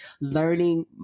learning